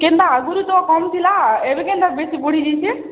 କେନ୍ତା ଆଗରୁ ତ କମ୍ ଥିଲା ଏବେ କେନ୍ତା ବେଶି ବଢ଼ିଯାଇଛେ